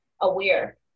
aware